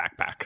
backpack